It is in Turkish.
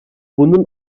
bunun